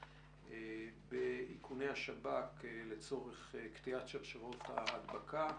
באיכוני השב"כ לצורך קטיעת שרשראות ההדבקה.